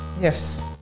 Yes